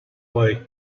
way